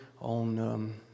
on